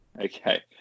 Okay